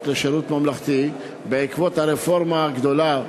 לשירות ממלכתי בעקבות הרפורמה הגדולה,